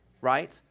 right